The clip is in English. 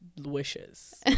wishes